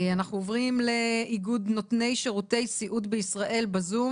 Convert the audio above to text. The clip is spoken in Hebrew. אנחנו עוברים לאיגוד נותני שירותי סיעוד בישראל בזום,